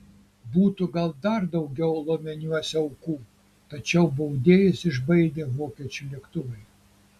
būtų gal dar daugiau lomeniuose aukų tačiau baudėjus išbaidė vokiečių lėktuvai